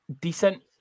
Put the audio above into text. decent